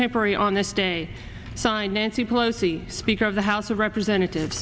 tempore on this day sign nancy pelosi speaker of the house of representatives